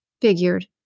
Figured